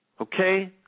Okay